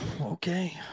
Okay